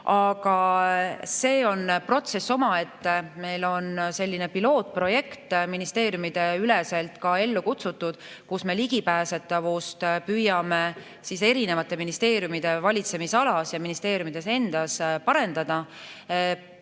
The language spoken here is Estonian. Aga see on protsess omaette. Meil on selline pilootprojekt ministeeriumideüleselt ellu kutsutud, kus me ligipääsetavust katsume erinevate ministeeriumide valitsemisalas ja ministeeriumides endas parendada,